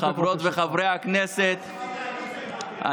וחברי הכנסת,